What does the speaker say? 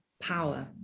power